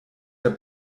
der